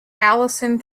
allison